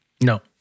No